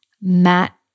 Matt